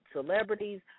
celebrities